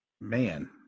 Man